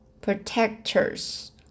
protectors